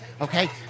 Okay